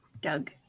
Doug